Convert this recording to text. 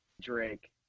Drake